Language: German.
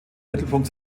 mittelpunkt